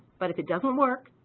but if it doesn't work,